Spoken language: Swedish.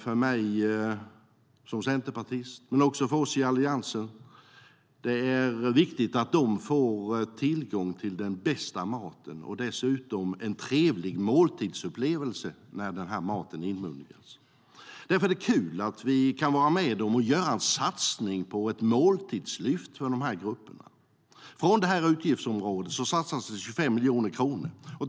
För mig som centerpartist men också för oss i Alliansen är det viktigt att våra unga och äldre får tillgång till den bästa maten och dessutom en trevlig måltidsupplevelse när maten inmundigas. Därför är det kul att vi kan vara med om att göra en satsning på ett måltidslyft för de här grupperna. Från detta utgiftsområde satsas det 25 miljoner kronor.